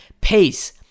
Pace